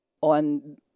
on